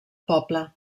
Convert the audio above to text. poble